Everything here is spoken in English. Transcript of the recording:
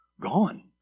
gone